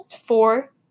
four